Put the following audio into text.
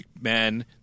men